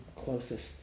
Closest